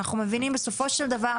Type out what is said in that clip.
אנחנו מבינים בסופו של דבר,